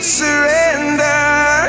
surrender